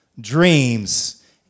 dreams